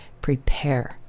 prepare